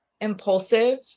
impulsive